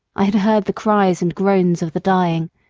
i had heard the cries and groans of the dying,